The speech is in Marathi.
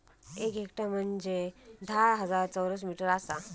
एक हेक्टर म्हंजे धा हजार चौरस मीटर आसा